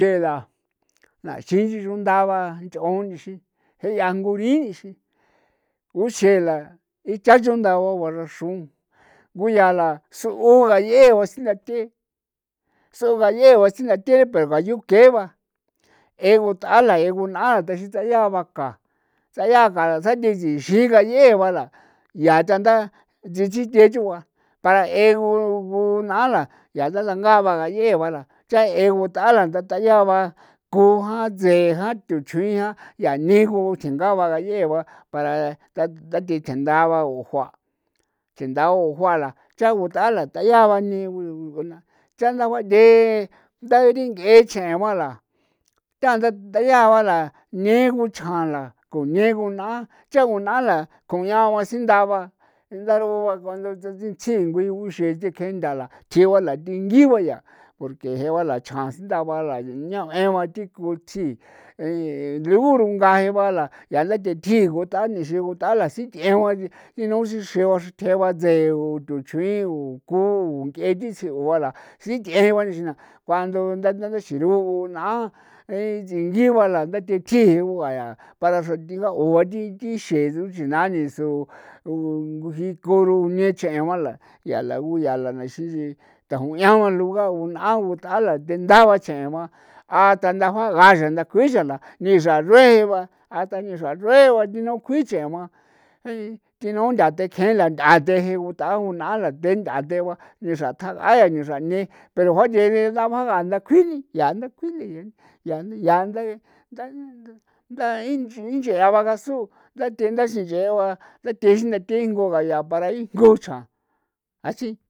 Thela naxixi chundaba nchaon ixin je'a ngurixin uxela icha chunda ba xro guyaa la soo dayee ba sinthatee soo dayee ba sinthatee pero a yoo kee ba eu thala e gunala ixin sayee ba ka sayaa ka xi'i xi gayee ba la yaa ta dexinte choo ba para e gun'ala yaa ta dengaa ba cha eutala ndayetaba ko jaa tsje naa tuchrjuin xe ja ko nchigo xengaa bachee ba para tha thi thenda ba thendao jua la cha o thendala dayaa ba ne ba tee daringee cheguala ta dayaa ba la nee guchja la la ko nee go naa chaguna la ko ñao ba sinthaa ba ndaroa cuandu satsintsi ngui uxee tjee kenda la tjio ta la thi ngigua porque je'e ba la cha sinthao ba ñaoe ba thi ko tsji luru ngaa je'e ba yaa la the tjii guuta ba a sitiee ba thino sithee ba deo tuchrjuin o ku ngee thi tsio'o ba la sithienii ba la cuando naa tsegi ngiva the thjio para xra ti'ga o thi xee ba thi suxi naa'ni o kuruneechi'na ku yaa na la ixin taguñaola ba a utala denda'a ba xee ba a ni xra ruee ba a ta ni xra ruee ba rinao kjui xe'en ba thi no nthaa tjekee ba the jee ku taa o unaa la denda gua la ni xra tjagaa ni xraa ne pero a ju tie u ta tanda kjui ni yaa tha kjui ni yaa ta kjuili yaa ta inche'a ba gasu dathenda yaa disenyaa ba dathee sinthate'e para ikjon cha axi.